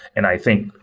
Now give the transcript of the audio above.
and i think,